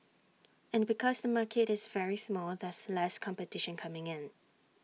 and because the market is very small there's less competition coming in